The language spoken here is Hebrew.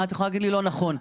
את יכולה להגיד שזה לא נכון?